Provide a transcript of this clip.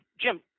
Jim